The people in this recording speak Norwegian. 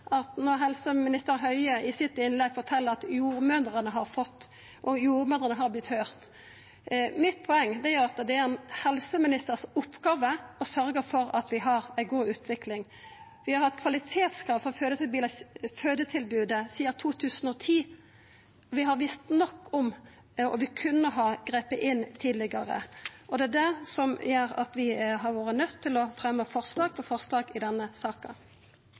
alvor. Når helseminister Høie i sitt innlegg fortel at jordmødrene har fått, og jordmødrene har vorte høyrde, er mitt poeng at det er ein helseminister si oppgåve å sørgja for at vi har ei god utvikling. Vi har hatt kvalitetskrav for fødetilbodet sidan 2010. Vi har visst nok om det, og vi kunne ha gripe inn tidlegare. Det er det som gjer at vi har vore nøydde til å fremja forslag på forslag i denne saka.